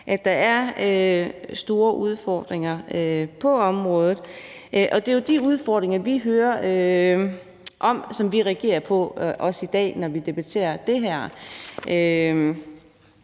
at der er store udfordringer på området, og det er jo også de udfordringer, vi hører om, som vi reagerer på i dag, når vi debatterer det her.